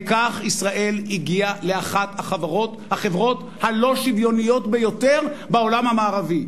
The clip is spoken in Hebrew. וכך ישראל הגיעה להיות אחת החברות הלא-שוויוניות ביותר בעולם המערבי.